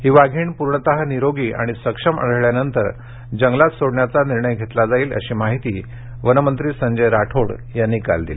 ही वाघीण पूर्णतः निरोगी आणि सक्षम आढळल्यानंतर जंगलात सोडण्याचा निर्णय घेतला जाईल अशी माहिती वनमंत्री संजय राठोड यांनी काल दिली